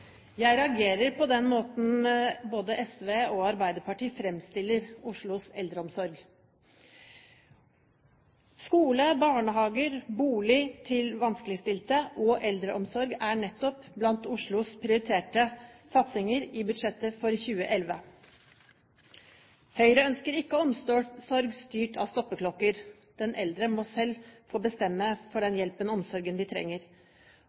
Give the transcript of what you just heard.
Jeg reagerer på den måten både SV og Arbeiderpartiet framstiller Oslos eldreomsorg på. Skole, barnehager, bolig til vanskeligstilte og eldreomsorg er nettopp blant Oslos prioriterte satsinger i budsjettet for 2011. Høyre ønsker ikke omsorg styrt av stoppeklokker; den eldre må selv få bestemme over den hjelpen og omsorgen de trenger.